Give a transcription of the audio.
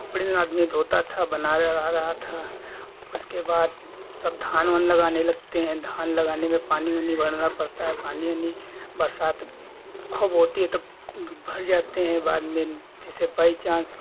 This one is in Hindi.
खोपड़िन आदमी ढोता था बनाया रहा रहा था उसके बाद सब धान वान लगाने लगते हैं धान लगाने में पानी ओनी भरना पड़ता है पानी ओनी बरसात खूब होती है तब जब भर जाते हैं बाद में जैसे बाई चांस